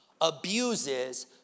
abuses